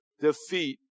defeat